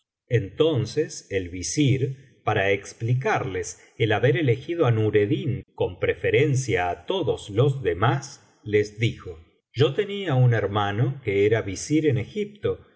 entonces el visir para explicarles el haber elegido á nureddin con preferencia á todos los demás les dijo yo tenia un hermano que era visir en egipto